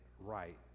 right